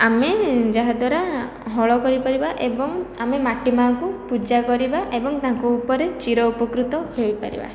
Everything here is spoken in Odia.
ଆମେ ଯାହାଦ୍ଵାରା ହଳ କରିପାରିବା ଏବଂ ଆମେ ମାଟି ମା'ଙ୍କୁ ପୂଜା କରିବା ଏବଂ ତାଙ୍କ ଉପରେ ଚିରଉପକୃତ ହୋଇପାରିବା